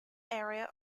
area